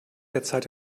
derzeit